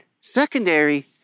Secondary